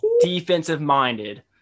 Defensive-minded